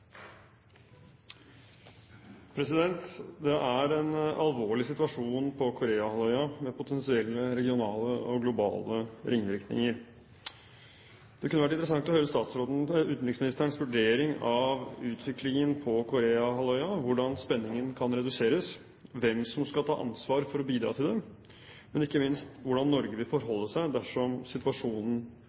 en alvorlig situasjon på Koreahalvøya med potensielle regionale og globale ringvirkninger. Det kunne vært interessant å høre utenriksministerens vurdering av utviklingen på Koreahalvøya – hvordan spenningen kan reduseres, hvem som skal ta ansvar for å bidra til det, men ikke minst hvordan Norge vil forholde seg dersom situasjonen